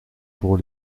pour